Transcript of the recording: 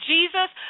Jesus